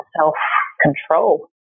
self-control